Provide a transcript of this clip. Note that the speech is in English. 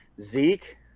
Zeke